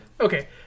Okay